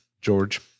George